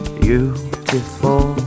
beautiful